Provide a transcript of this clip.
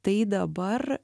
tai dabar